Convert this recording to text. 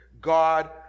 God